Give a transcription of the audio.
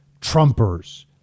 Trumpers